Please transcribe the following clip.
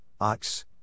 Ox